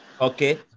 Okay